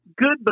good